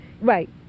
right